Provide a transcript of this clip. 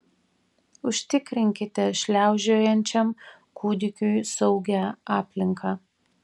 užtikrinkite šliaužiojančiam kūdikiui saugią aplinką